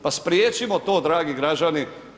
Pa spriječimo to, dragi građani.